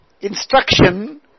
instruction